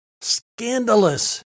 scandalous